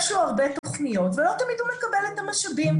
יש לו הרבה תוכניות ולא תמיד הוא מקבל את המשאבים.